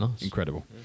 Incredible